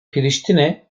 priştine